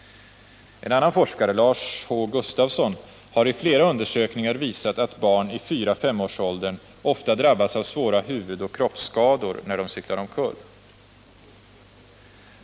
En annan forskare, Lars H. Gustavsson, har i flera undersökningar visat att barn i fyrafemårsåldern ofta drabbas av svåra huvudoch kroppsskador när de cyklar omkull.